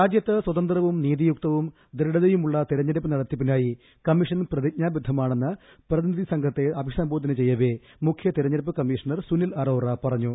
രാജ്യത്ത് സ്വതന്ത്രവും നീതിയുക്തവും ദൃഢതയുമുളള തെരഞ്ഞെടുപ്പ് നടത്തിപ്പിനായി കമ്മീഷൻ പ്രതിജ്ഞാബദ്ധമാണെന്ന് പ്രതിനിധി സംഘത്തെ അഭിസംബോധന ചെയ്യവേ മുഖ്യ തെരഞ്ഞെടുപ്പ് കമ്മീഷണർ സുനിൽ അറോറ പറഞ്ഞു